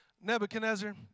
Nebuchadnezzar